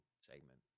segment